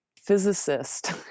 physicist